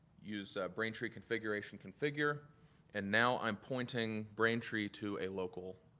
use brain tree configuration configure and now i'm pointing brain tree to a local,